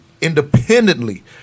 independently